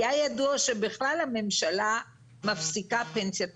היה ידוע שבכלל הממשלה מפסיקה פנסיה תקציבית.